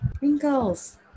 Wrinkles